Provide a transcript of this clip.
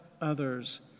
others